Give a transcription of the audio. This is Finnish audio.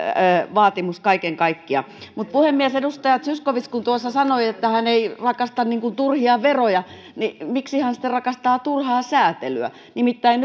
vaatimus vaikutti kaiken kaikkiaan puhemies edustaja zyskowicz kun tuossa sanoi että hän ei rakasta turhia veroja niin miksi hän sitten rakastaa turhaa säätelyä nimittäin